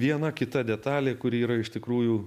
viena kita detalė kuri yra iš tikrųjų